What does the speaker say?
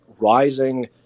rising